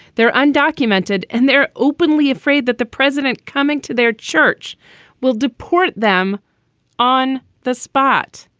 they're undocumented and they're openly afraid that the president coming to their church will deport them on the spot.